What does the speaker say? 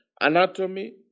anatomy